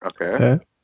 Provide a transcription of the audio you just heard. Okay